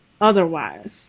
otherwise